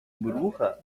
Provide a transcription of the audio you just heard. burbuja